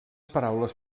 paraules